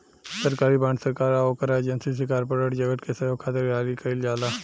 सरकारी बॉन्ड सरकार आ ओकरा एजेंसी से कॉरपोरेट जगत के सहयोग खातिर जारी कईल जाला